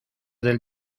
del